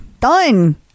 Done